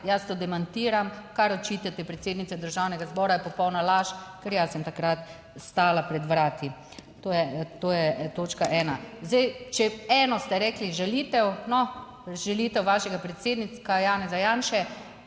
jaz to demantiram. Kar očitate predsednici Državnega zbora, je popolna laž, ker jaz sem takrat stala pred vrati. To je, to je točka ena. Zdaj, če eno ste rekli žalitev, no, žalitev vašega predsednika Janeza Janše: